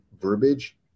verbiage